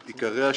אני אדבר איתו.